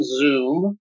Zoom